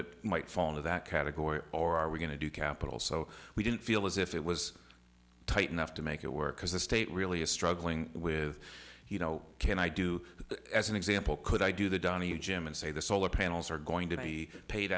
it might fall into that category or are we going to do capital so we don't feel as if it was tight enough to make it work because the state really is struggling with you know can i do as an example could i do the donahue jim and say the solar panels are going to be paid